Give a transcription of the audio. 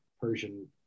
persian